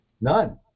None